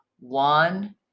One